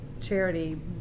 charity